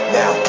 now